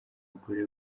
mugore